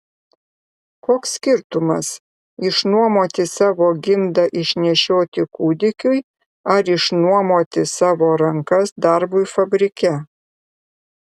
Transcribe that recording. koks skirtumas išnuomoti savo gimdą išnešioti kūdikiui ar išnuomoti savo rankas darbui fabrike